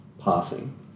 passing